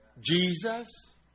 Jesus